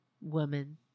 woman